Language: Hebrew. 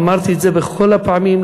ואמרתי את זה בכל הפעמים,